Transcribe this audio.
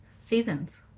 seasons